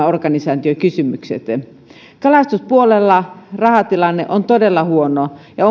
organisaatiokysymykset ole ilmaisia kalastuspuolella rahatilanne on todella huono ja